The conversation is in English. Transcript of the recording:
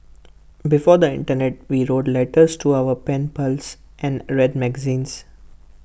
before the Internet we wrote letters to our pen pals and read magazines